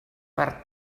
per